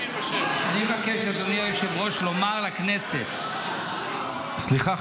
לומר לכנסת -- סליחה,